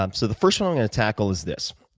um so the first one i'm gonna tackle is this,